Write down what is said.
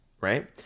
right